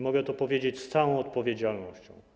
Mogę to powiedzieć z całą odpowiedzialnością.